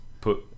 put